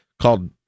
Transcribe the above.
called